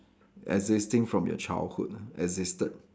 existing from your childhood lah existed